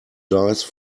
dice